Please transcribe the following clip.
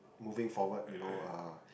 moving forward you know uh